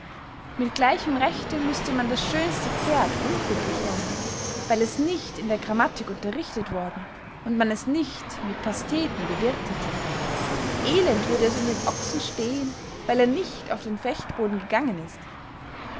mit gleichem rechte müßte man das schönste pferd unglücklich nennen weil es nicht in der grammatik unterrichtet worden und man es nicht mit pasteten bewirthet elend würd es um den ochsen stehen weil er nicht auf den fechtboden gegangen ist